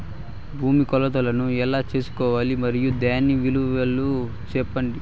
భూమి కొలతలను ఎలా తెల్సుకోవాలి? మరియు దాని వివరాలు సెప్పండి?